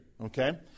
Okay